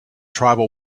tribal